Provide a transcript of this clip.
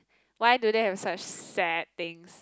why do they have such sad things